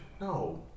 no